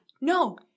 no